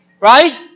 right